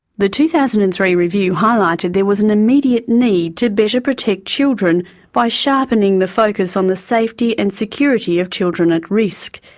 the two thousand and three review highlighted there was an immediate need to better protect children by sharpening the focus on the safety and security of children at risk.